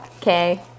Okay